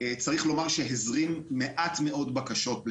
הזרים מעט מאוד בקשות לחברות,